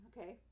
Okay